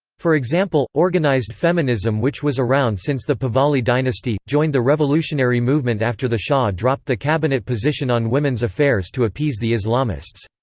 for example, organized feminism which was around since the pahlavi dynasty, joined the revolutionary movement after the shah dropped the cabinet position on women's affairs to appease the islamists.